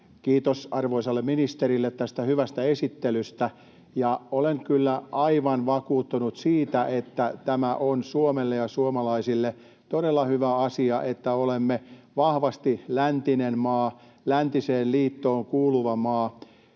Kiitos arvoisalle ministerille tästä hyvästä esittelystä. Olen kyllä aivan vakuuttunut siitä, että tämä on Suomelle ja suomalaisille todella hyvä asia, että olemme vahvasti läntinen maa, läntiseen liittoon kuuluva maa.